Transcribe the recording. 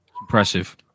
impressive